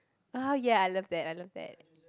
oh yeah I love that I love that